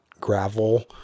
gravel